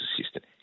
assistant